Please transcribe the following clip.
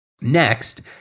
Next